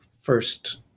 first